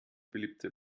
beliebte